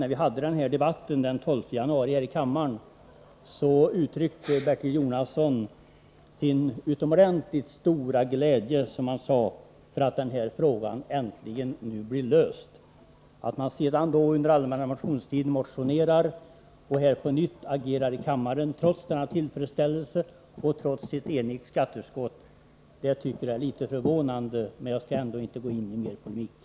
När vi hade debatten här i kammaren den 12 januari uttryckte nämligen Bertil Jonasson, som han sade, sin utomordentligt stora glädje för att den här frågan nu äntligen blir löst. Att man sedan under allmänna motionstiden motionerar och på nytt agerar här i kammaren trots denna tillfredsställelse och trots ett enigt skatteutskott tycker jag är litet förvånande. Men jag skall inte gå in i någon mer polemik.